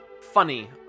funny